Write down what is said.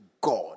God